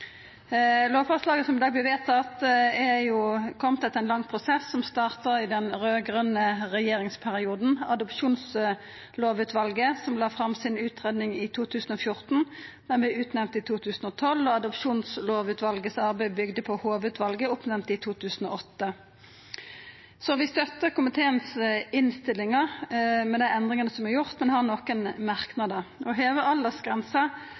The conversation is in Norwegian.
Lovforslaget som i dag vert vedtatt, er jo kome etter ein lang prosess som starta i den raud-grøne regjeringsperioden. Adopsjonslovutvalet, som la fram utgreiinga si i 2014, vart utnemnt i 2012, og Adopsjonslovutvalets arbeid bygde på Hove-utvalet, oppnemnt i 2008. Vi støttar komiteens innstillingar med dei endringane som er gjorde, men har nokre merknader. Å